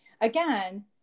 again